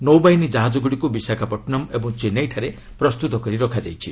ନୌବାହିନୀ ଜାହାଜଗୁଡ଼ିକୁ ବିଶାଖାପଟନମ୍ ଓ ଚେନ୍ନାଇଠାରେ ପ୍ରସ୍ତୁତ କରି ରଖାଯାଇଛି